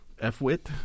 F-wit